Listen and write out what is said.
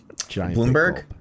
Bloomberg